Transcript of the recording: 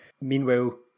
Meanwhile